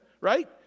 right